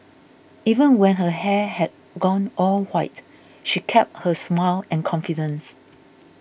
even when her hair had gone all white she kept her smile and confidence